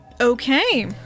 Okay